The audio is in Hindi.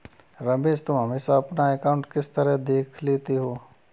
रमेश तुम हमेशा अपना अकांउट किस तरह देख लेते हो?